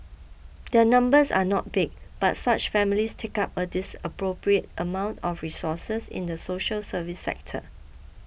their numbers are not big but such families take up a dis appropriate amount of resources in the social service sector